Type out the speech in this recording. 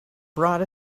brought